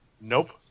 Nope